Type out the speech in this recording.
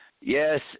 yes